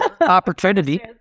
opportunity